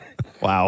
Wow